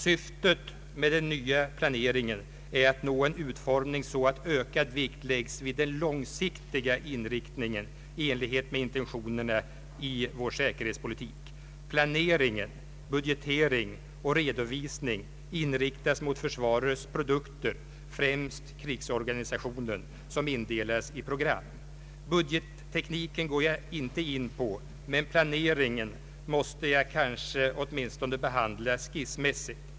Syftet med den nya planeringen är att man skall nå en sådan utformning att ökad vikt läggs vid den långsiktiga inriktningen i enlighet med intentionerna i vår säkerhetspolitik. Planering, budgetering och redovisning inriktas mot försvarets produkter — främst krigsorganisationen — som indelas i program. Budgettekniken går jag inte in på, men planeringen måste jag åtminstone behandla skissartat.